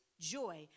joy